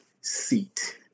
seat